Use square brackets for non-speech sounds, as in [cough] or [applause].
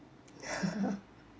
[laughs]